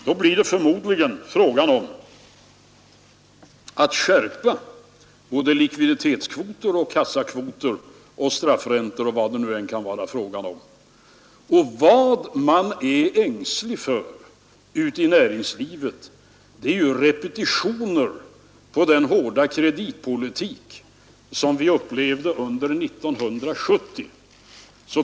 Då blir det förmodligen fråga om att skärpa både likviditetskvoter och kassakvoter och straffräntor och vad det nu än kan vara fråga om. Och vad man är ängslig för ute i näringslivet, det är ju repetitioner av den hårda kreditpolitik som vi upplevde under 1970.